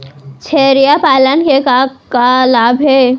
छेरिया पालन के का का लाभ हे?